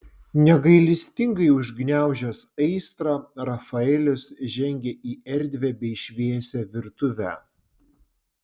negailestingai užgniaužęs aistrą rafaelis žengė į erdvią bei šviesią virtuvę